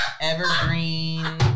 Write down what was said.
evergreen